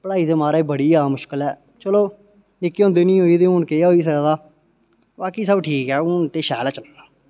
पढ़ाई ते महाराज बड़ी ज्यादा मुश्कल ऐ चलो निक्के हुंदे नीं होई ते हून केह् होई सकदा बाकी सब ठीक ऐ हून ते शैल ऐ चला दा